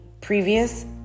previous